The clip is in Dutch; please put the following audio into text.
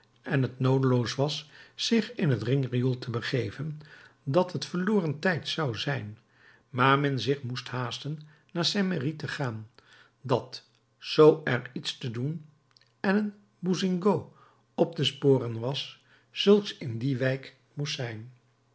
en het noodeloos was zich in het ringriool te begeven dat het verloren tijd zou zijn maar men zich moest haasten naar saint merry te gaan dat zoo er iets te doen en een bousingot op te sporen was zulks in die wijk moest zijn